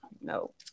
no